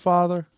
Father